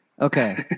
Okay